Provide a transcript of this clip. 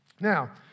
Now